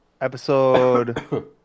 episode